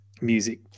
music